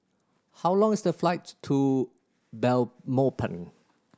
how long is the flights to Belmopan